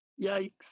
yikes